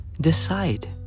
decide